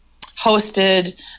hosted